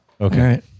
Okay